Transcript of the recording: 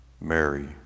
Mary